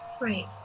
Right